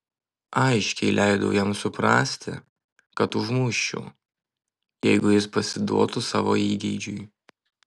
aiškiai leidau jam suprasti kad užmuščiau jeigu jis pasiduotų savo įgeidžiui